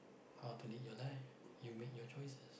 how to lead your life you make your choices